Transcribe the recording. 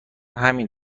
همین